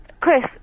Chris